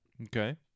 Okay